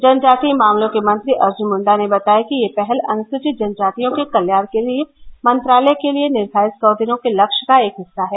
जनजातीय मामलों के मंत्री अर्जुन मुंडा ने बताया कि यह पहल अनुसूचित जनजातियों के कल्याण के लिए मंत्रालय के लिए निर्धारित र्सो दिनों के लक्ष्य का एक हिस्सा है